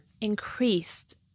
increased